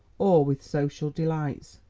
or with social delights.